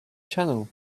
channel